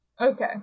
Okay